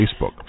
Facebook